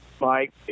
Mike